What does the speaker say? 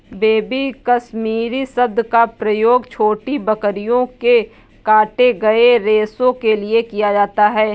baby Kashmiri शब्द का प्रयोग छोटी बकरियों के काटे गए रेशो के लिए किया जाता है